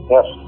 Yes